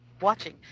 watching